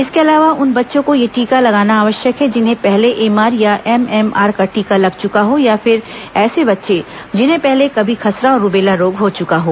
इसके अलावा उन बच्चों को यह टीका लगाना आवश्यक है जिन्हें पहले एमआर या एमएमआर का टीका लग चुका हो या फिर ऐसे बच्चे जिन्हें पहले कभी खसरा और रूबेला रोग हो चुका हो